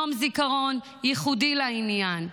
יום זיכרון ייחודי לעניין,